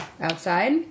Outside